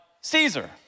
Caesar